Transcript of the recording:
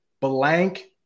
blank